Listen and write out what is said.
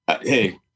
Hey